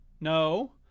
no